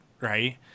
right